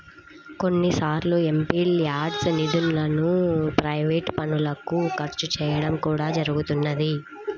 కొన్నిసార్లు ఎంపీల్యాడ్స్ నిధులను ప్రైవేట్ పనులకు ఖర్చు చేయడం కూడా జరుగుతున్నది